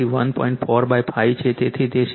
4 5 છે તેથી તે 6